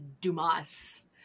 Dumas